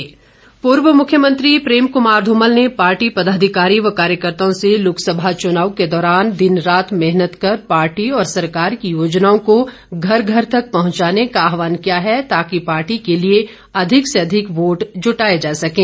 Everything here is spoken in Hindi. धूमल पूर्व मुख्यमंत्री प्रेम कृमार ध्रमल ने पार्टी पदाधिकारी व कार्यकर्ताओं से लोकसभा चुनाव के दौरान दिनरात मेहनत कर पार्टी और सरकार की योजनाओं को घर घर तक पहुंचाने का आहवान किया है ताकि पार्टी के लिए अधिक से अधिक वोट जुटाए जा सकें